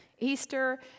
Easter